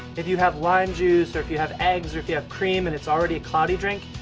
if you have lime juice, or if you have eggs, or if you have cream, and it's already a cloudy drink,